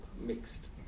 mixed